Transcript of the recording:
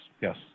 yes